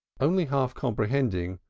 only half comprehending,